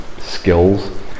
skills